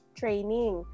training